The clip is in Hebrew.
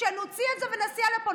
כשנוציא את זה ונסיע לפה,